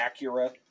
Acura